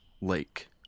lake